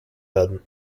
werden